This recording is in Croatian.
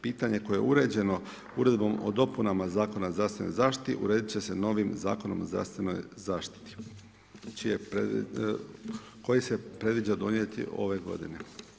Pitanje koje je uređeno Uredbom o dopunama Zakona o zdravstvenoj zaštiti urediti će se novim zakonom o zdravstvenoj zaštiti koji se predviđa donijeti ove godine.